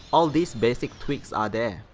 all these basic tweaks are there.